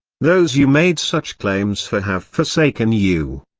those you made such claims for have forsaken you.